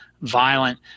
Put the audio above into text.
violent